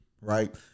right